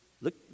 Look